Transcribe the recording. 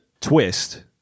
twist